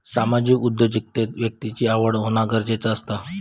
सामाजिक उद्योगिकतेत व्यक्तिची आवड होना गरजेचा असता